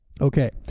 Okay